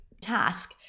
task